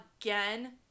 Again